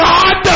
God